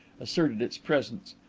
asserted its presence.